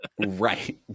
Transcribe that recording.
right